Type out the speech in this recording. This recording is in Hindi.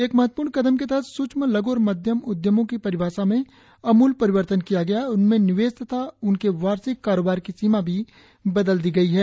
एक महत्वपूर्ण कदम के तहत सुक्ष्म लघ् और माध्यम उदयमों की परिभाषा में अमुल परिवर्तन किया गया है और उनमें निवेश तथा उनके वार्षिक कारोबार की सीमा भी बदल दी गई है